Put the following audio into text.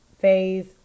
phase